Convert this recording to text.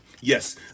Yes